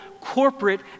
corporate